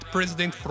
President